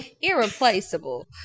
irreplaceable